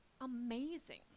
amazing